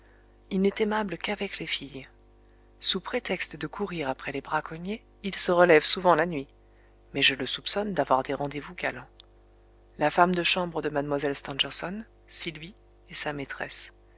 il n'est aimable qu'avec les filles sous prétexte de courir après les braconniers il se relève souvent la nuit mais je le soupçonne d'avoir des rendez-vous galants la femme de chambre de mlle stangerson sylvie est sa maîtresse